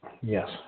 Yes